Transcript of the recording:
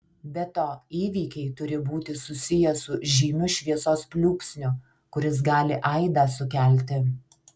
be to įvykiai turi būti susiję su žymiu šviesos pliūpsniu kuris gali aidą sukelti